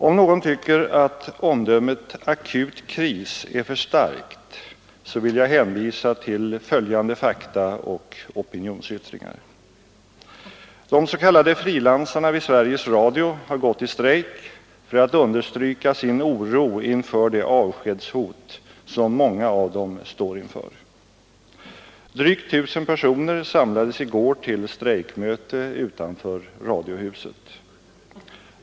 Om någon tycker att omdömet akut kris är för starkt så vill jag hänvisa till följande fakta och opinionsyttringar: De s.k. frilansarna vid Sveriges Radio har gått i strejk för att understryka sin oro inför det avskedshot som många av dem står inför. Drygt tusen personer samlades i går till strejkmöte utanför radiohuset.